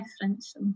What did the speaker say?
difference